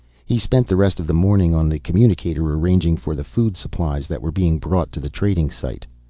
he spent the rest of the morning on the communicator, arranging for the food supplies that were being brought to the trading site.